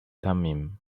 thummim